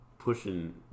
pushing